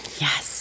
Yes